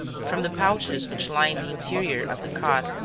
from the pouches which lined the interior of the cot,